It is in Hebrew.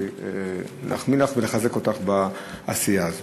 כדי להחמיא לך ולחזק אותך בעשייה הזאת,